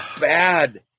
bad